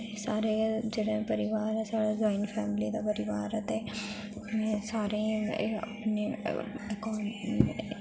सारे जेह्ड़ा परिवार ऐ साढ़ा जाइंट फैमिली दा परिवार ऐ ते मैं सारे मैं